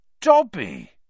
Dobby